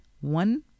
One